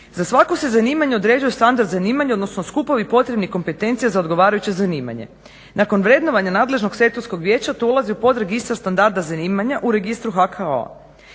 Za svako se zanimanje određuje standard zanimanja, odnosno skupovi potrebnih kompetencija za odgovarajuće zanimanje. Nakon vrednovanja nadležnog sektorskog vijeća to ulazi u podregistar standarda zanimanja u registru HKO-a.